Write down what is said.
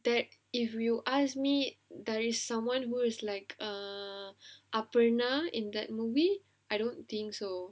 that if you ask me there is someone who is like err abarna in that movie I don't think so